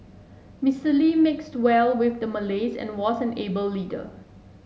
Mister Lee mixed well with the Malays and was an able leader